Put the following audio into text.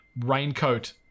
raincoat